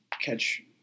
catch